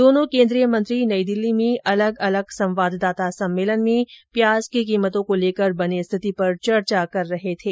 दोनों केन्द्रीय मंत्री नई दिल्ली में अलग अलग संवाददाता सम्मेलन में प्याज की कीमतों को लेकर बनी स्थिति पर चर्चा कर रहे थे